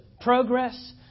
progress